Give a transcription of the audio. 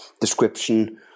description